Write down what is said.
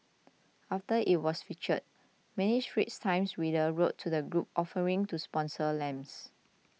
after it was featured many Straits Times readers wrote to the group offering to sponsor lamps